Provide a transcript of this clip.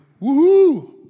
woohoo